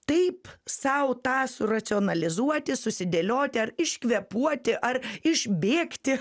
taip sau tą suracionalizuoti susidėlioti ar iškvėpuoti ar išbėgti